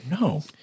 No